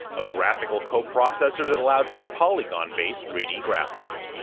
a graphical co-processor that allowed for polygon-based three d graphics.